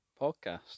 podcast